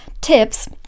tips